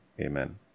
amen